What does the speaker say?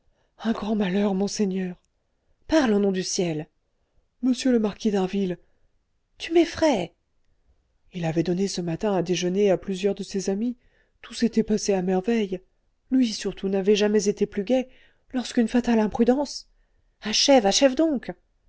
un grand malheur monseigneur parle au nom du ciel m le marquis d'harville tu m'effraies il avait donné ce matin à déjeuner à plusieurs de ses amis tout s'était passé à merveille lui surtout n'avait jamais été plus gai lorsqu'une fatale imprudence achève achève donc